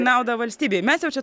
į naudą valstybei mes jau čia